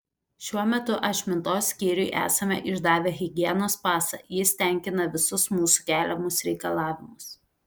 šiuo metu ašmintos skyriui esame išdavę higienos pasą jis tenkina visus mūsų keliamus reikalavimus